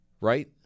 Right